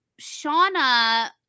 Shauna